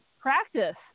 practice